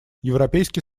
европейский